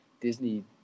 Disney